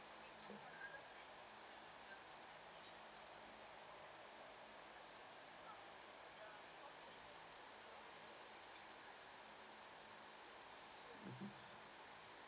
mmhmm